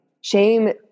Shame